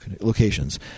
locations